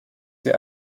sie